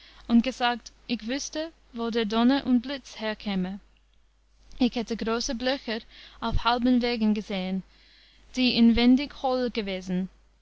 und gesagt ich wüßte wo der donner und blitz herkäme ich hätte große blöcher auf halben wägen gesehen die inwendig hohl gewesen